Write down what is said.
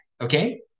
Okay